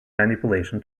manipulation